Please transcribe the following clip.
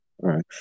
right